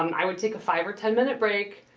um i would take a five or ten-minute break,